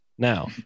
Now